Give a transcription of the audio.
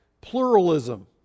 pluralism